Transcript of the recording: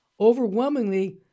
overwhelmingly